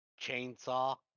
chainsaw